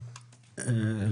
אפשר שאלות?